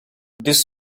this